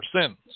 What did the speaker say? sins